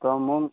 तो मूँग